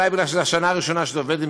אולי משום שזאת השנה הראשונה שזה עובד עם